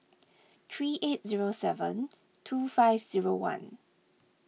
three eight zero seven two five zero one